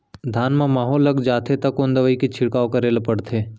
धान म माहो लग जाथे त कोन दवई के छिड़काव ल करे ल पड़थे?